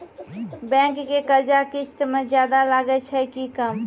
Bank के कर्जा किस्त मे ज्यादा लागै छै कि कम?